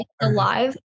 alive